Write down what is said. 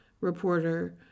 reporter